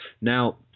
Now